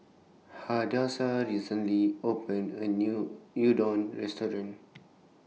Hadassah recently opened A New Udon Restaurant